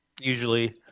usually